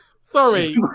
Sorry